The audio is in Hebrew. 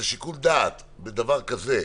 שיקול הדעת בדבר הזה,